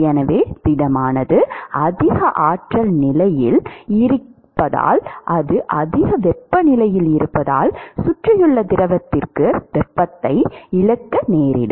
எனவே திடமானது அதிக ஆற்றல் நிலையில் இருப்பதால் அது அதிக வெப்பநிலையில் இருப்பதால் சுற்றியுள்ள திரவத்திற்கு வெப்பத்தை இழக்க நேரிடும்